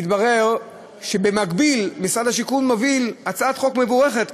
התברר שבמקביל משרד השיכון מוביל הצעת חוק מבורכת,